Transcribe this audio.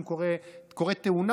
אם קורית תאונה,